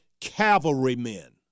cavalrymen